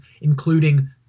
including